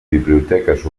biblioteques